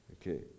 Okay